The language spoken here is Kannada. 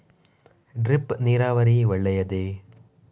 ಡ್ರಿಪ್ ನೀರಾವರಿ ಒಳ್ಳೆಯದೇ?